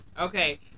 Okay